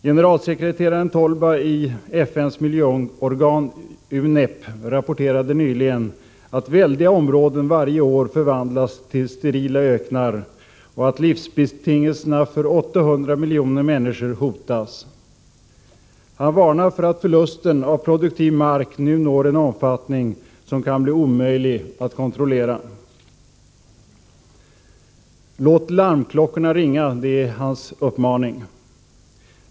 Generalsekreteraren Tolba i FN:s miljöorgan UNEP rapporterade nyligen att väldiga områden varje år förvandlas till sterila öknar och att livsbetingelserna för 800 miljoner människor hotas. Han varnar för att förlusten av produktiv mark nu når en omfattning som kan bli omöjlig att kontrollera. Låt larmklockorna ringa, är hans uppmaning.